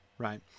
Right